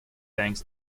tanks